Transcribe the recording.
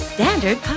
Standard